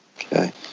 Okay